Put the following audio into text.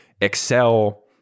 Excel